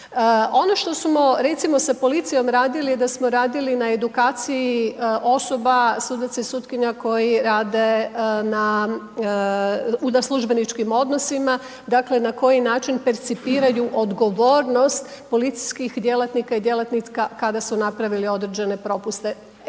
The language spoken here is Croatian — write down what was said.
Ono što smo recimo sa policijom radili, je da smo radili na edukaciji osoba sudaca i sutkinja koji rade na službeničkim odnosima, dakle na koji način percipiraju odgovornost policijskih djelatnika i djelatnika kada su napravili određene propuste.